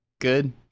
good